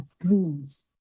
dreams